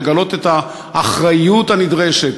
לגלות את האחריות הנדרשת,